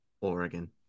Oregon